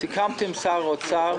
סיכמתי עם שר האוצר,